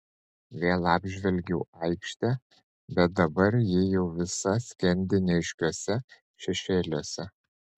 vėl apžvelgiu aikštę bet dabar ji jau visa skendi neaiškiuose šešėliuose